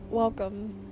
Welcome